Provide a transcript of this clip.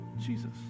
jesus